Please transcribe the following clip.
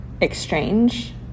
exchange